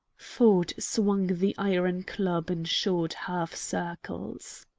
ford swung the iron club in short half-circles.